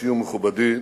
אישי ומכובדי